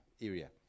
area